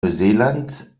neuseeland